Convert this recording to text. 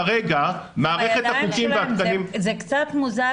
כרגע מערכת החוקים והתקנים --- זה קצת מוזר